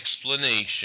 explanation